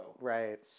right